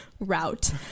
route